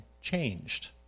changed